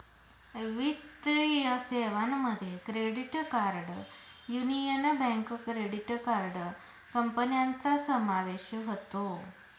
वित्तीय सेवांमध्ये credit card union bank credit card कंपन्यांचा समावेश होतो